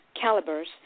calibers